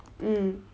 mm